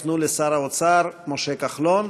יופנו לשר האוצר משה כחלון.